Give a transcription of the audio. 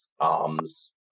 arms